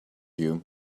you